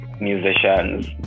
musicians